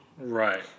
Right